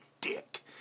dick